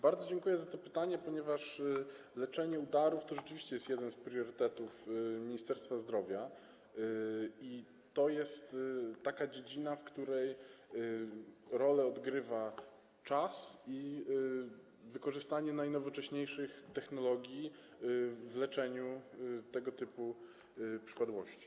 Bardzo dziękuję za to pytanie, ponieważ leczenie udarów to rzeczywiście jest jeden z priorytetów Ministerstwa Zdrowia i to jest taka dziedzina, w której dużą rolę odgrywa czas i wykorzystanie najnowocześniejszych technologii w leczeniu tego typu przypadłości.